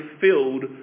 filled